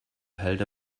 held